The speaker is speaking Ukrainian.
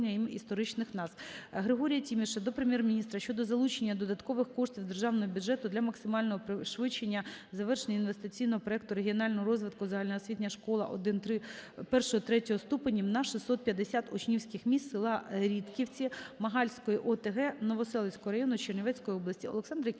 Григорія Тіміша до Прем'єр-міністра щодо залучення додаткових коштів з державного бюджету для максимального пришвидшення завершення інвестиційного проекту регіонального розвитку "Загальноосвітня школа І-ІІІ ступенів на 650 учнівських місць, села Рідківці Магальської ОТГ Новоселицького району Чернівецької області".